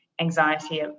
anxiety